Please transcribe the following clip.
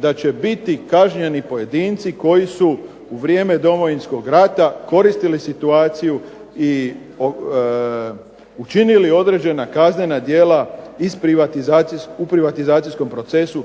da će biti kažnjeni pojedinci koji su u vrijeme Domovinskog rata koristili situaciju i učinili određena kaznena djela u privatizacijskom procesu